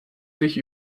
sich